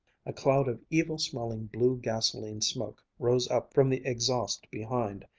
a cloud of evil-smelling blue gasoline smoke rose up from the exhaust behind,